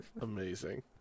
Amazing